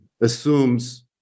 assumes